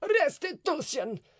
Restitution